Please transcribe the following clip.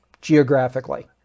geographically